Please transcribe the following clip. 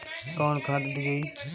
कौन खाद दियई?